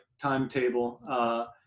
timetable